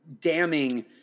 damning